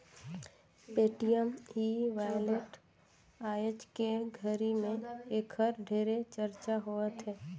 Paytm e wallet आयज के घरी मे ऐखर ढेरे चरचा होवथे